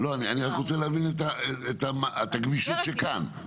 --- אני רק רוצה להבין את הגמישות שכאן,